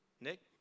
Nick